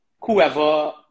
whoever